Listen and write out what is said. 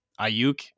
Ayuk